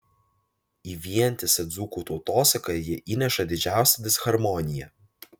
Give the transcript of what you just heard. į vientisą dzūkų tautosaką jie įneša didžiausią disharmoniją